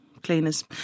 cleaners